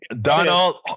Donald